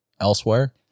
elsewhere